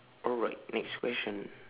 alright next question